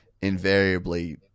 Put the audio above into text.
Invariably